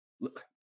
Look